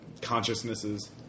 consciousnesses